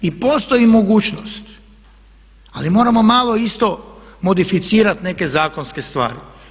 I postoji mogućnost ali moramo malo isto modificirati neke zakonske stvari.